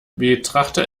betrachte